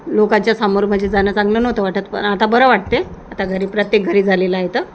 लोकांच्या समोर म्हणजे जाणं चांगलं नव्हतं वाटत पण आता बरं वाटते आता घरी प्रत्येक घरी झालेला आहे तर